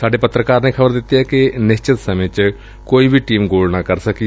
ਸਾਡੇ ਪੱਤਰਕਾਰ ਨੇ ਖ਼ਬਰ ਦਿੱਤੀ ਏ ਕਿ ਨਿਸ਼ਚਿਤ ਸਮੇਂ ਚ ਕੋਈ ਵੀ ਟੀਮ ਗੋਲ ਨਾ ਕਰ ਸਕੀ